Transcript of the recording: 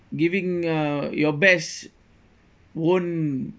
giving uh your best won't